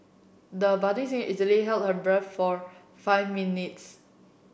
the budding singer is easily held her breath for five minutes